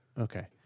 Okay